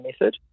method